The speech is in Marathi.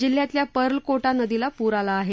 जिल्ह्यातल्या पर्लको नदीला पूर आला आहे